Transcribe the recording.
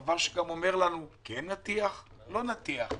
דבר שאומר לנו אם זה נתיח או לא נתיח,